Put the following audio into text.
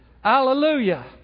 Hallelujah